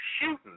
shooting